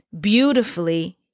Beautifully